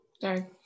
sorry